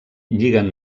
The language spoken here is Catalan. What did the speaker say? lliguen